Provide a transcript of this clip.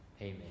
Amen